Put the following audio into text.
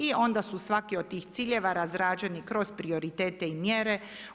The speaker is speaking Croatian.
I onda su svaki od tih ciljeva razrađeni kroz prioritete i mjere.